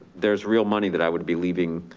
there's real money that i would be leaving,